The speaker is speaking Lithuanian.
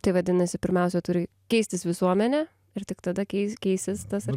tai vadinasi pirmiausia turi keistis visuomenė ir tik tada keis keisis tas ar